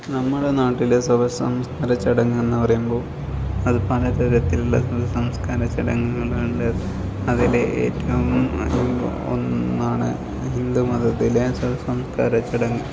നമ്മുടെ നാട്ടിലെ ശവസംസ്കാര ചടങ്ങ് എന്ന് പറയുമ്പോൾ അത് പല തരത്തിലുള്ള ശവസംസ്കാര ചടങ്ങുകളുണ്ട് അതിൽ ഏറ്റോം ഒന്നാണ് ഹിന്ദു മതത്തിലെ ശവസംസ്കാര ചടങ്ങ്